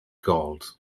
gold